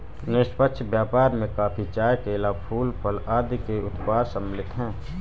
निष्पक्ष व्यापार में कॉफी, चाय, केला, फूल, फल आदि के उत्पाद सम्मिलित हैं